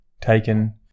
taken